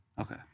Okay